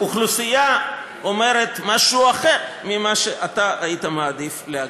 אבל האוכלוסייה אומרת משהו אחר ממה שאתה היית מעדיף להגיד.